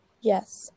Yes